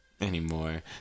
Anymore